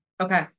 Okay